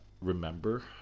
remember